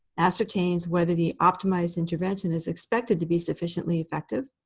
ascertains whether the optimized intervention is expected to be sufficiently effective.